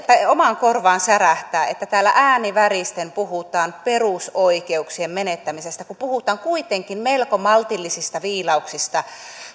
omaan korvaani särähtää että täällä ääni väristen puhutaan perusoikeuksien menettämisestä kun puhutaan kuitenkin melko maltillisista viilauksista